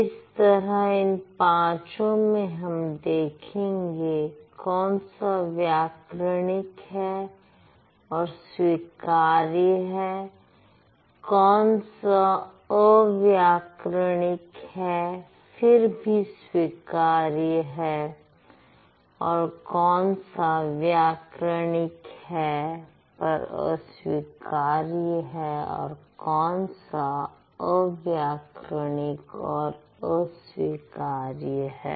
इस तरह इन पांचों में हम देखेंगे कौन सा व्याकरणिक है और स्वीकार्य है कौन सा अव्याकरणिक है फिर भी स्वीकार्य है और कौन सा व्याकरणिक है पर अस्वीकार्य है और कौन सा अव्याकरणिक और अस्वीकार्य है